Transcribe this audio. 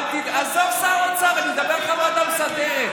עזוב שר האוצר, אני מדבר איתך על ועדה מסדרת.